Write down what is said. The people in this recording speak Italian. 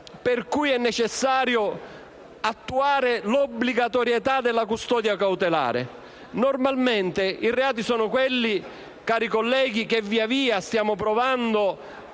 per cui è necessario attuare l'obbligatorietà della custodia cautelare? Normalmente sono quelli che via via stiamo provando